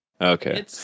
Okay